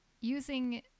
Using